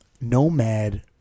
Nomad